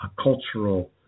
cultural